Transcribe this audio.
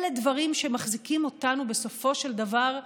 אלה דברים שמחזיקים אותנו, בסופו של דבר,